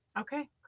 Okay